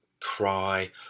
cry